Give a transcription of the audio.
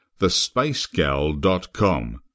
thespacegal.com